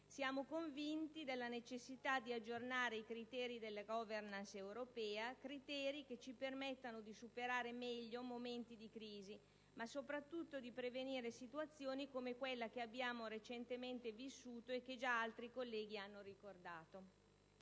Siamo convinti della necessità di aggiornare i criteri della *governance* europea, criteri che ci permettano di superare in modo migliore momenti di crisi, ma soprattutto di prevenire situazioni come quella che abbiamo recentemente vissuto e che già altri colleghi hanno ricordato.